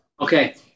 Okay